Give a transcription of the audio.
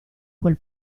quel